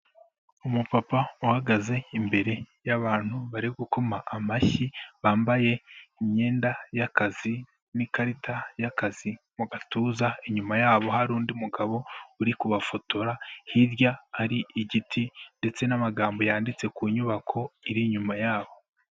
Umupapa uhagaze imbere y'abantu bari gukoma amashyi, bambaye imyenda y'akazi n'ikarita y'akazi mu gatuza, inyuma yabo hari undi mugabo uri kubafotora, hirya hari igiti ndetse n'amagambo yanditse ku nyubako iri inyuma yaho.